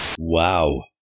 Wow